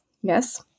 yes